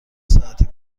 ساعتی